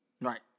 Right